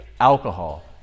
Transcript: Alcohol